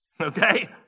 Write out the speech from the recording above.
okay